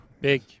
Big